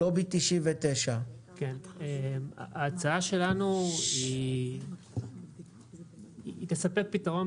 לובי 99. ההצעה שלנו היא תספק פתרון